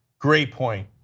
great point.